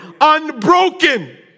Unbroken